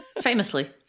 Famously